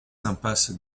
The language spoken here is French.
impasse